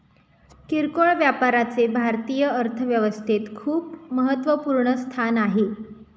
किरकोळ व्यापाराचे भारतीय अर्थव्यवस्थेत खूप महत्वपूर्ण स्थान आहे